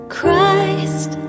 Christ